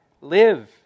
live